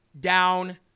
Down